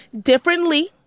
differently